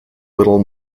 little